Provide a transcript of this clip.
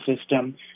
system